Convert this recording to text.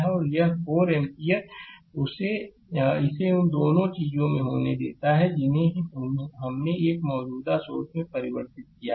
और यह 4 एम्पीयर इसे उन दोनों चीजों में होने देता है जिन्हें हमने एक मौजूदा सोर्स में परिवर्तित किया है